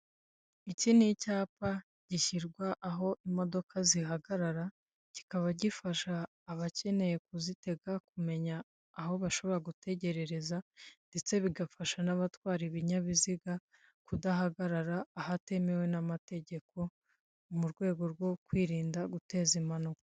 Iki ni icyapa gishyirwa aho imodoka zihagarara, kikaba gifasha abakeneye kuzitega kumenya aho bashobora gutegerereza ndetse bigafasha n'abatwara ibinyabiziga kudahagarara ahatemewe n'amategeko, mu rwego rwo kwirinda guteza impanuka.